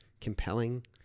compelling